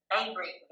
angry